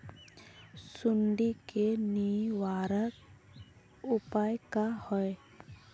सुंडी के निवारक उपाय का होए?